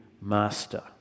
master